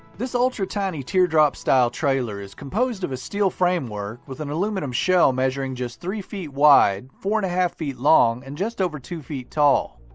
this ultra-tiny teardrop style trailer is composed of a steel framework with an aluminum shell measuring just three feet wide, four and a half feet long, and just over two feet tall.